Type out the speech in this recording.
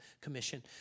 commission